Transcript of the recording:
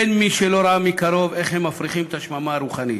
אין מי שלא ראה מקרוב איך הם מפריחים את השממה הרוחנית,